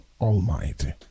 Almighty